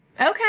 Okay